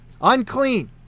unclean